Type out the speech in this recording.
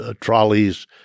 trolleys